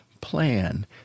plan